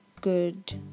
good